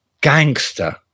gangster